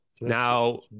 Now